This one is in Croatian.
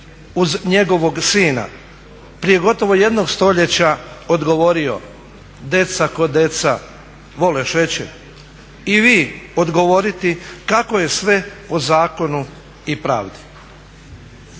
uz njegovog sina prije gotovo jednog stoljeća odgovorio "Deca ko deca vole šećer.". I vi odgovoriti kako je sve po zakonu i pravdi.